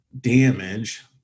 damage